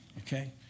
okay